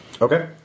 Okay